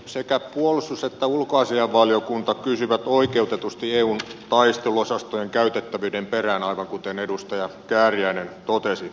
sekä puolustus että ulkoasiainvaliokunta kysyvät oikeutetusti eun taisteluosastojen käytettävyyden perään aivan kuten edustaja kääriäinen totesi